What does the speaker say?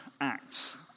Acts